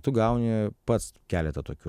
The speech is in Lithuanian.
tu gauni pats keletą tokių